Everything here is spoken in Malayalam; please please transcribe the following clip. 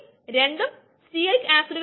ഇതിൽ rate delta S delta t ആണ്